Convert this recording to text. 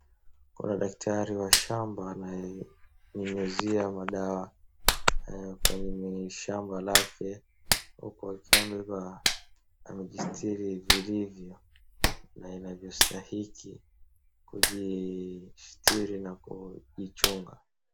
Kuna daktari wa shamba ananyunyuzia madawa kwenye shamba lake huku akiwa amevaa, amejisitili vilivyo na inavyostahiki, kujistili na kujichunga.